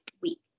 week